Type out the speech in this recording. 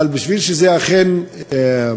אבל כדי שזה אכן יושלם,